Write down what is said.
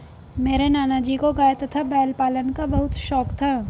मेरे नाना जी को गाय तथा बैल पालन का बहुत शौक था